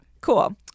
Cool